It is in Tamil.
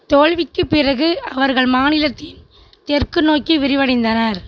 தோல்விக்குப் பிறகு அவர்கள் மாநிலத்தின் தெற்கு நோக்கி விரிவடைந்தனர்